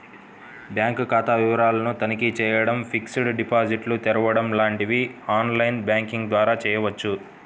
bank ఖాతా వివరాలను తనిఖీ చేయడం, ఫిక్స్డ్ డిపాజిట్లు తెరవడం లాంటివి ఆన్ లైన్ బ్యాంకింగ్ ద్వారా చేయవచ్చు